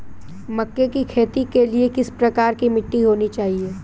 मक्के की खेती के लिए किस प्रकार की मिट्टी होनी चाहिए?